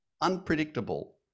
unpredictable